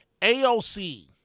AOC